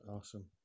Awesome